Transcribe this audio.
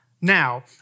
Now